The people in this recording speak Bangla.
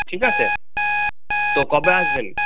ঠিক আছে তো কবে আসবেন